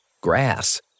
grass